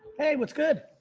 hey, what's good?